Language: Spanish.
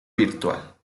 virtual